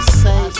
say